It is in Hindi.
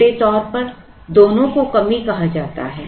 मोटे तौर पर दोनों को कमी कहा जाता है